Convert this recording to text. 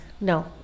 no